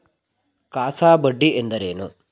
CASA ಬಡ್ಡಿ ಎಂದರೇನು?